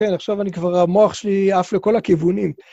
כן, עכשיו אני כבר, המוח שלי עף לכל הכיוונים.